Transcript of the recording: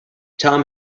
tom